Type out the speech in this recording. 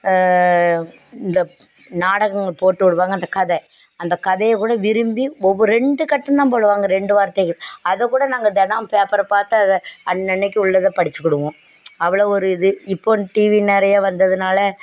இந்தப் நாடகங்கள் போட்டு விடுப்பாங்க அந்தக் கதை அந்தக் கதையக்கூட விரும்பி ஒவ்வொரு ரெண்டு கட்டம் தான் போடுவாங்க ரெண்டு வார்த்தைக்கு அதைக்கூட நாங்கள் தினம் பேப்பரை பார்த்து அதை அன்னன்னைக்கு உள்ளதைப் படித்துக்கிடுவோம் அவ்வளவு ஒரு இது இப்போது டிவி நிறையா வந்ததுனால்